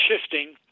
shifting